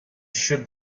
shoot